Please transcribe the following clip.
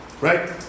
Right